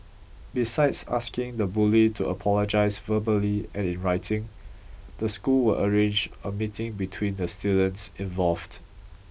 besides asking the bully to apologise verbally and in writing the school will arrange a meeting between the students involved